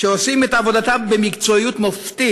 שעושים את עבודתם במקצועיות מופתית,